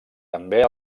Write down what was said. també